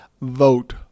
vote